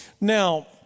Now